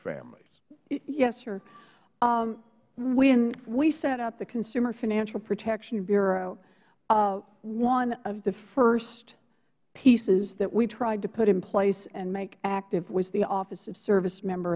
warren yes sir when we set up the consumer financial protection bureau one of the first pieces that we tried to put in place and make active was the office of servicemember